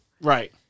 Right